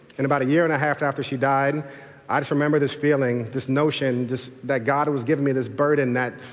and about a year and a half after she died i just remembered this feeling, this notion, that god was giving me this burden that,